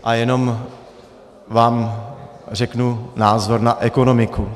A jenom vám řeknu názor na ekonomiku.